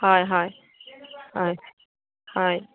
হয় হয় হয় হয়